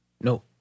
No